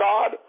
God